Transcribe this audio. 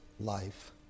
life